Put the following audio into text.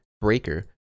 Breaker